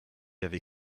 avait